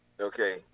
Okay